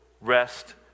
rest